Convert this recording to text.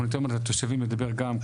אנחנו ניתן לתושבים לדבר גם.